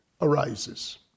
arises